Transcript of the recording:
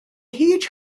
huge